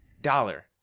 Dollar